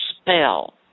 spell